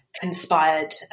conspired